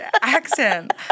accent